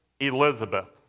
Elizabeth